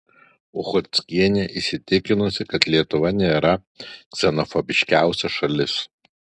uchockienė įsitikinusi kad lietuva nėra ksenofobiškiausia šalis